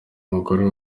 mugore